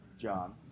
john